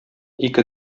ике